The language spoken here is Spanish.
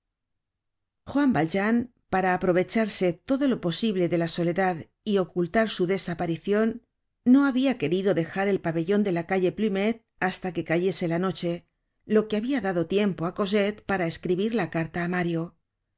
juan valjean para aprovecharse todo lo posible de la soledad y ocultar su desaparicion no habia querido dejar el pabellon de la calle plumet hasta que cayese la noche lo que habia dado tiempo á cosette para escribir la carta á mario